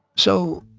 so,